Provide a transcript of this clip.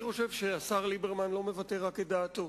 אני חושב שהשר ליברמן לא מבטא רק את דעתו.